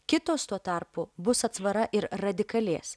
kitos tuo tarpu bus atsvara ir radikalės